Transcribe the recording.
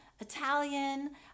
Italian